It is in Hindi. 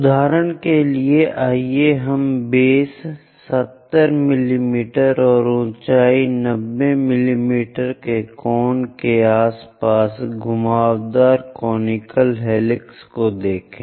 उदाहरण के लिए आइए हम बेस 70 मिमी और ऊंचाई 90 मिमी के कोण के आसपास घुमावदार कोनिकल हेलिक्स को देखें